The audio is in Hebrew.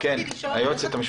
היועצת המשפטית.